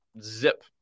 zip